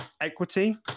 Equity